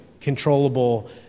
controllable